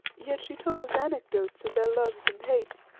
yet she told us anecdotes of their loves and hates,